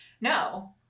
No